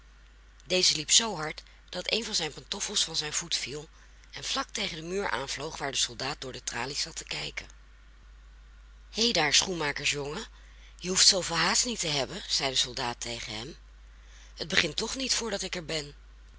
deze liep zoo hard dat een van zijn pantoffels van zijn voet viel en vlak tegen den muur aanvloog waar de soldaat door de tralies zat te kijken heidaar schoenmakersjongen je hoeft zoo veel haast niet te maken zei de soldaat tegen hem het begint toch niet voordat ik er ben